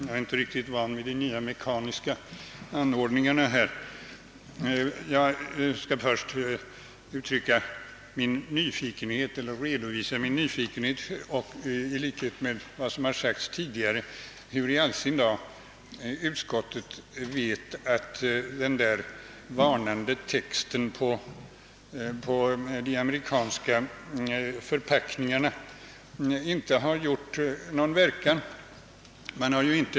Jag skall först i likhet med tidigare talare redovisa min nyfikenhet: Hur i all sin dar vet utskottet att den varnande texten på de amerikanska förpackningarna inte har gjort någon verkan?